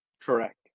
Correct